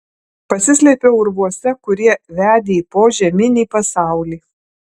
pasislėpiau urvuose kurie vedė į požeminį pasaulį